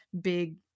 big